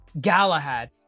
Galahad